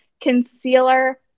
concealer